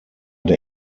der